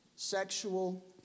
Sexual